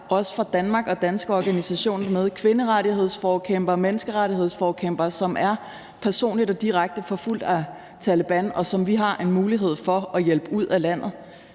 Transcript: også for Danmark og danske organisationer, kvinderettighedsforkæmpere, menneskerettighedsforkæmpere, som er personligt og direkte forfulgt af Taleban, og som vi har en mulighed for at hjælpe ud af landet.